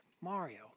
Mario